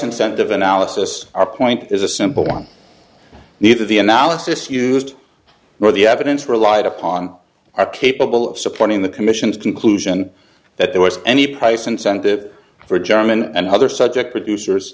incentive analysis our point is a simple one neither the analysis used nor the evidence relied upon are capable of supporting the commission's conclusion that there was any price incentive for german and other subject producers